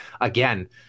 again